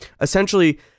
essentially